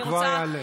הוא כבר יעלה.